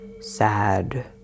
sad